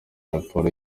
raporo